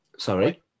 Sorry